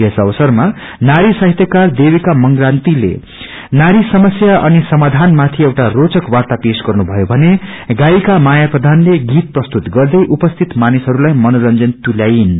यस अवसरमा नारी साहित्यकार देविका मंग्रातीले नारी समस्या अनि समाधान माथि एउटा रोचख्क वर्ता पेश र्गु भयो भने गायिका माया प्रधानले गीत प्रस्तुत गर्दै उपस्थित मानिसहस्लाई मनोरंजन तुल्याईन्